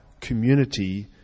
community